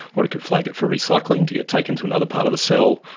or it could flag it for recycling, to get taken to another part of the cell,